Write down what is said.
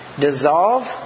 dissolve